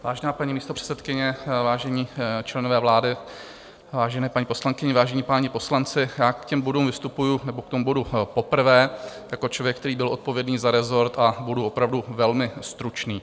Vážená paní místopředsedkyně, vážení členové vlády, vážené paní poslankyně, vážení páni poslanci, k tomu bodu vystupuji poprvé jako člověk, který byl odpovědný za resort, a budu opravdu velmi stručný.